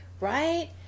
right